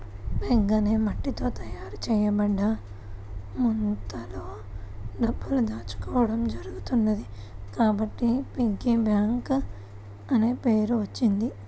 pig అనే మట్టితో తయారు చేయబడ్డ ముంతలో డబ్బులు దాచుకోవడం జరుగుతున్నది కాబట్టి పిగ్గీ బ్యాంక్ అనే పేరు వచ్చింది